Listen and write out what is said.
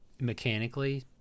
mechanically